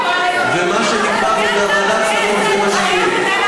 ומה שנקבע בידי ועדת השרים זה מה שיהיה.